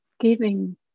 Giving